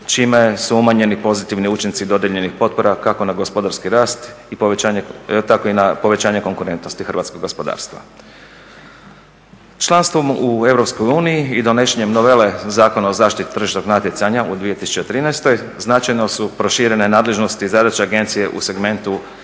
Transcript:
čime su umanjeni pozitivni učinci dodijeljenih potpora kako na gospodarski rast tako i na povećanje konkurentnosti hrvatskog gospodarstva. Članstvom u EU i donošenjem novele Zakona o zaštiti tržišnog natjecanja u 2013.značajno su proširene nadležnosti zadaća agencije u segmentu